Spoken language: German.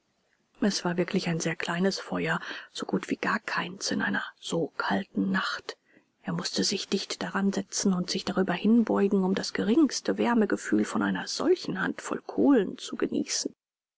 es war wirklich ein sehr kleines feuer so gut wie gar keins in einer so kalten nacht er mußte sich dicht daran setzen und sich darüber hinbeugen um das geringste wärmegefühl von einer solchen handvoll kohlen zu genießen